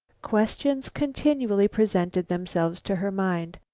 questions continually presented themselves to her mind.